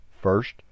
First